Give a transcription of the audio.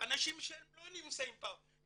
אנשים שלא נמצאים כאן,